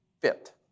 fit